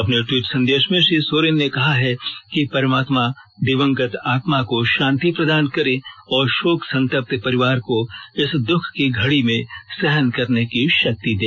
अपने ट्विट संदेश में श्री सोरेन ने कहा है कि परमात्मा दिवंगत आत्मा को शांति प्रदान करे और शोक संतप्त परिवार को इस दुःख की घड़ी में सहन करने की शक्ति दे